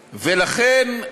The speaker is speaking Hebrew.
ולכן,